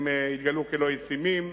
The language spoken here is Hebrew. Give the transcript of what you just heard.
הם התגלו כלא ישימים.